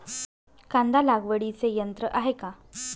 कांदा लागवडीचे यंत्र आहे का?